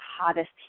hottest